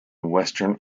western